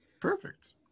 perfect